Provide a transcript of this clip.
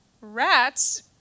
rats